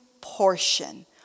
portion